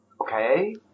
okay